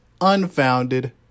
unfounded